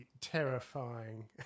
terrifying